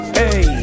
hey